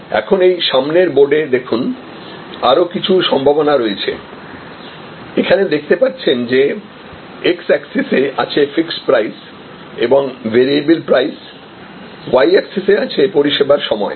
এখন এই সামনের বোর্ডে দেখুন আরও কিছু সম্ভাবনা রয়েছে এখানে দেখতে পাচ্ছেন যে X এক্সিসে আছে ফিক্সড প্রাইস এবং ভেরিয়েবল প্রাইস Y এক্সিসে আছে পরিষেবার সময়